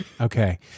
Okay